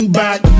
back